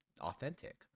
authentic